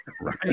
Right